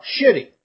Shitty